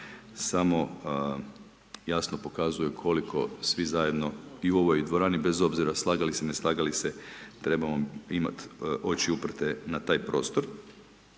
samo jasno pokazuje koliko svi zajedno i u ovoj dvorani bez obzira slagali se, ne slagali se, trebamo imat oči uprte na taj prostor,